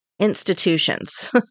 institutions